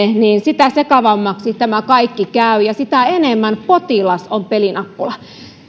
niin sitä sekavammaksi tämä kaikki käy ja sitä enemmän potilas on pelinappula